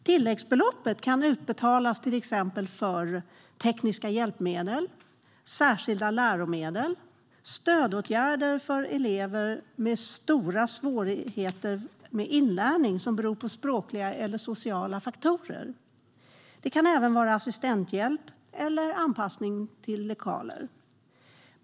Tilläggsbelopp kan utbetalas för till exempel tekniska hjälpmedel, särskilda läromedel och stödåtgärder för elever med stora inlärningssvårigheter som beror på språkliga eller sociala faktorer. Det kan även vara fråga om assistenthjälp eller anpassning av lokaler.